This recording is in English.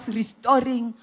restoring